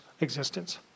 existence